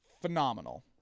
Phenomenal